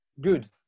good